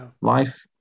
life